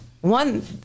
One